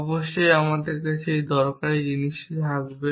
অবশ্যই আমার কাছে এই দরকারী জিনিসটি থাকবে